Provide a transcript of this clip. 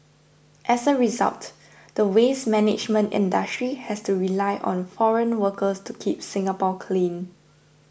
as a result the waste management industry has to rely on foreign workers to keep Singapore clean